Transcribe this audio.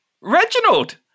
Reginald